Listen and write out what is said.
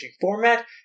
format